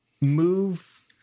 move